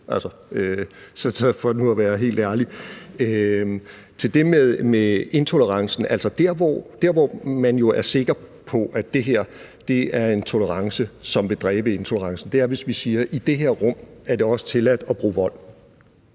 for nu at være helt ærlig. Til det med intolerancen: Altså, der, hvor man jo er sikker på, at det her er en tolerance, som vil dræbe tolerancen, er, hvis vi siger, at det i det her rum også er tilladt at bruge vold,